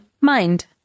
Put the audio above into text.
MIND